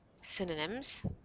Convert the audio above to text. synonyms